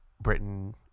Britain